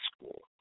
school